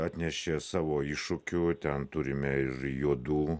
atnešė savo iššūkių ten turime ir juodų